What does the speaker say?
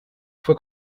fue